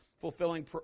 Fulfilling